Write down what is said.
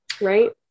Right